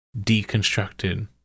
deconstructed